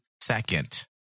second